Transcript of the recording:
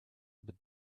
but